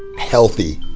healthy,